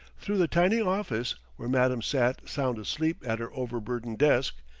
through the tiny office, where madam sat sound asleep at her over-burdened desk,